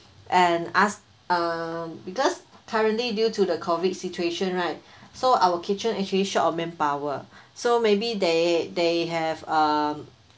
and ask um because currently due to the COVID situation right so our kitchen actually short of manpower so maybe they they have um